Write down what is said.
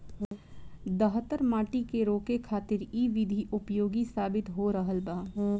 दहतर माटी के रोके खातिर इ विधि उपयोगी साबित हो रहल बा